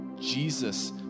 Jesus